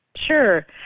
Sure